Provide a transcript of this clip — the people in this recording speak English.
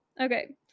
Okay